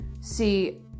see